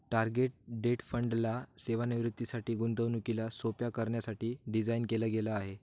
target date fund ला सेवानिवृत्तीसाठी, गुंतवणुकीला सोप्प करण्यासाठी डिझाईन केल गेल आहे